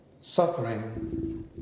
suffering